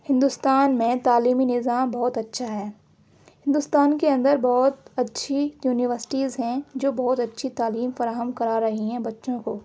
ہندوستان میں تعلیمی نظام بہت اچھا ہے ہندوستان کے اندر بہت اچھی یونیورسٹیز ہیں جو بہت اچھی تعلیم فراہم کرا رہی ہیں بچوں کو